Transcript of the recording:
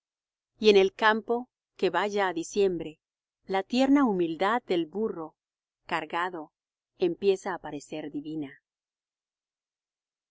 y en el campo que va ya á diciembre la tierna humildad del burro cargado empieza á parecer divina